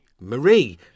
marie